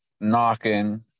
knocking